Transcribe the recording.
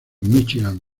míchigan